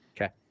Okay